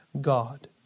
God